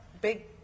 big